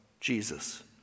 Jesus